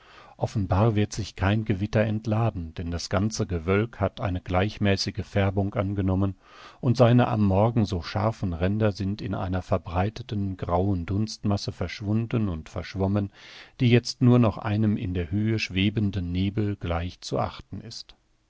offenbar wird sich kein gewitter entladen denn das ganze gewölk hat eine gleichmäßige färbung angenommen und seine am morgen so scharfen ränder sind in einer verbreiteten grauen dunstmasse verschwunden und verschwommen die jetzt nur noch einem in der höhe schwebenden nebel gleich zu achten ist